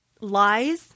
lies